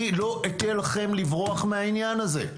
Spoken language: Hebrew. אני לא אתן לכם לברוח מהעניין הזה.